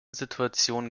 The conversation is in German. situation